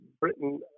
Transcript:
Britain